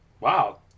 Wow